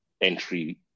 entry